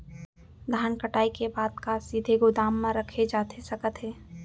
धान कटाई के बाद का सीधे गोदाम मा रखे जाथे सकत हे?